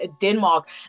denmark